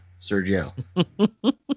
Sergio